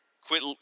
quit